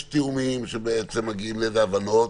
יש תיאומים שבעצם מגיעים להבנות,